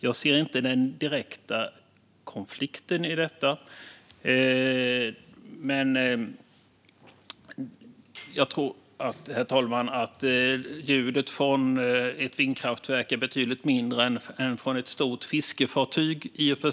Jag ser inte någon direkt konflikt i detta. Men jag tror i och för sig, herr talman, att ljudet från ett vindkraftverk är betydligt mindre än ljudet från ett stort fiskefartyg.